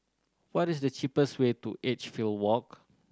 what is the cheapest way to Edgefield Walk